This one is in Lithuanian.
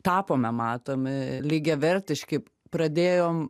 tapome matomi lygiavertiški pradėjom